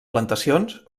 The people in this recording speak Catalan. plantacions